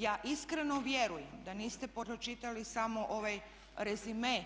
Ja iskreno vjerujem da niste pročitali samo ovaj rezime